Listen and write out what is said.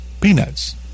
peanuts